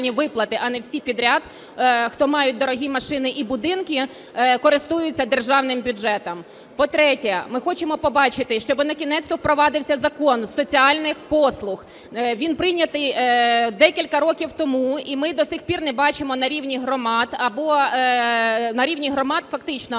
Він прийнятий декілька років тому. І ми до сих пір не бачимо на рівні громад або на